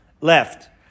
left